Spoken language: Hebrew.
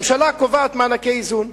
ממשלה קובעת מענקי איזון.